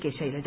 K Shailaja